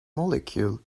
molecule